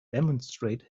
demonstrate